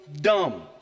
dumb